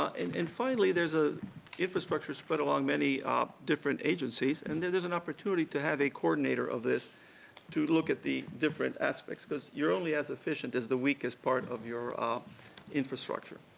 and and, finally, there's a infrastructure spread along many different agencies, and there's there's an opportunity to have a coordinator of this to look at the different aspects because you're only as efficient as the weakest part of your ah infrastructure.